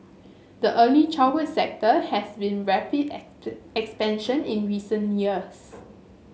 the early childhood sector has seen rapid expansion in recent years